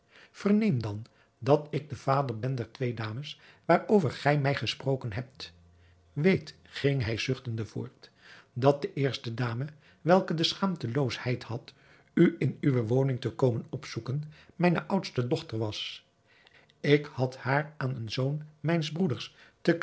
verneem dan dat ik de vader ben der twee dames waarover gij mij gesproken hebt weet ging hij zuchtende voort dat de eerste dame welke de schaamteloosheid had u in uwe woning te komen opzoeken mijne oudste dochter was ik had haar aan een zoon mijns broeders